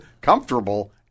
comfortable